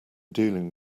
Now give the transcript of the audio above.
dealing